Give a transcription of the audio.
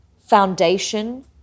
foundation